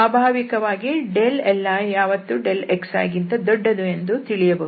ಸ್ವಾಭಾವಿಕವಾಗಿ li ಯಾವತ್ತೂ xiಗಿಂತ ದೊಡ್ಡದು ಎಂದು ತಿಳಿಯಬಹುದು